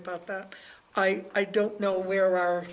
about that i i don't know where